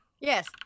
Yes